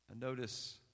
Notice